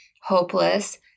hopeless